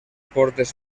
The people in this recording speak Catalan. portes